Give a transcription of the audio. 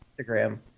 Instagram